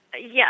Yes